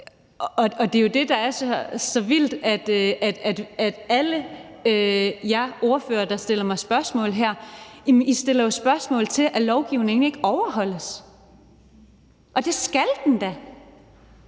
det er jo det, der er så vildt, altså at alle jer ordførere, der stiller mig spørgsmål her, stiller spørgsmål om, at lovgivningen ikke overholdes. Og det skal den da!